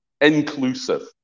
Inclusive